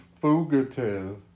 fugitive